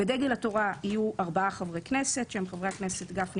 לדגל התורה יהיו 4 חברי כנסת שהם: גפני,